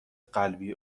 قلبی